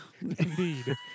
Indeed